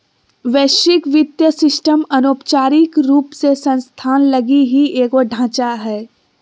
वैश्विक वित्तीय सिस्टम अनौपचारिक रूप से संस्थान लगी ही एगो ढांचा हय